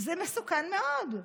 זה מסוכן מאוד.